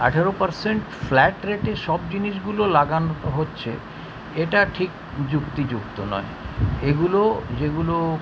আঠেরো percent flat রেটে সব জিনিসগুলো লাগানো হচ্ছে এটা ঠিক যুক্তিযুক্ত নয় এগুলো যেগুলো